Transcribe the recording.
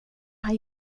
han